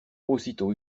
aussitôt